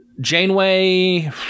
Janeway